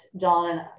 John